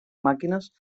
màquines